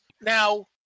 Now